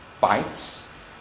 bites